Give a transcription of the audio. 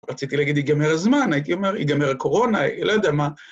רציתי להגיד, ייגמר זמן, הייתי אומר, ייגמר קורונה, לא יודע מה.